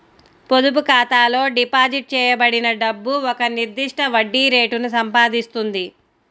పొదుపు ఖాతాలో డిపాజిట్ చేయబడిన డబ్బు ఒక నిర్దిష్ట వడ్డీ రేటును సంపాదిస్తుంది